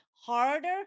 harder